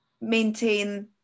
maintain